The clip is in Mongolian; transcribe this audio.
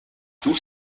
зүрх